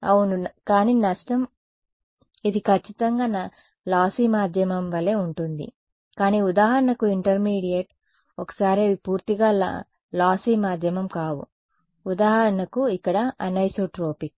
అవును కానీ నష్టం అవును ఇది ఖచ్చితంగా లాస్సి మాధ్యమం వలె ఉంటుంది కానీ ఉదాహరణకు ఇంటర్మీడియట్ ఒకసారి అవి పూర్తిగా లాస్సి మాధ్యమం కావు ఉదాహరణకు ఇక్కడ అనిసోట్రోపిక్